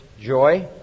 Joy